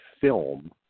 film